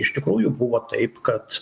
iš tikrųjų buvo taip kad